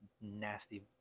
nasty